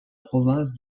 province